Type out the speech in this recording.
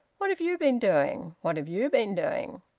what have you been doing? what have you been doing?